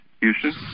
Houston